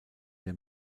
der